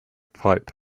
pipe